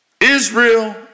Israel